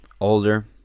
Older